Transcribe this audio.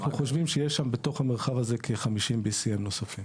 אנחנו חושבים שיש שם בתוך המרחב הזה כ-50BCM נוספים.